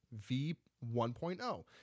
v1.0